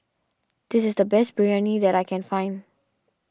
this is the best Biryani that I can find